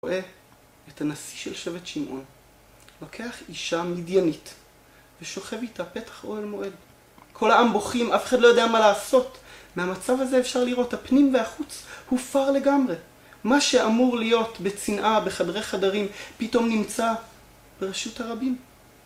אני רואה את הנשיא של שבט שמעון, לוקח אישה מדיינית ושוכב איתה פתח אוהל מועד. כל העם בוכים, אף אחד לא יודע מה לעשות. מהמצב הזה אפשר לראות, הפנים והחוץ הופר לגמרי. מה שאמור להיות בצנעה בחדרי חדרים פתאום נמצא ברשות הרבים